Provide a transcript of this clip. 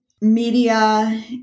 Media